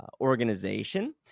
organization